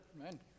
Amen